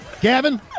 Gavin